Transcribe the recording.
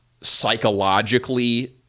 psychologically